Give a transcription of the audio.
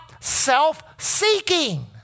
self-seeking